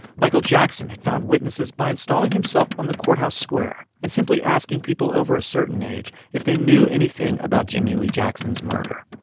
michael jackson had found witnesses by installing himself on the courthouse square and simply asking people over a certain age if they knew anything about jimmie lee jackson's murder